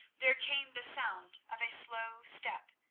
there came the sound of a slow step,